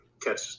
catch